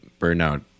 burnout